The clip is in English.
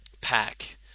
Pack